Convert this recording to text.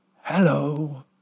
hello